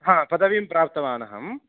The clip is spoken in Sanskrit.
हा पदवीं प्राप्तवानहम्